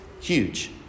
huge